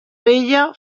vella